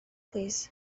plîs